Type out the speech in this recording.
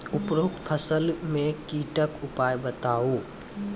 उपरोक्त फसल मे कीटक उपाय बताऊ?